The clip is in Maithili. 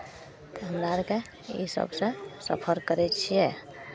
तऽ हमरा आरके इसभसँ सफर करै छियै